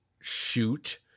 shoot